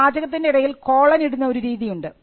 ഒരു വാചകത്തിൻറെ ഇടയിൽ കോളൻ ഇടുന്ന ഒരു രീതിയുണ്ട്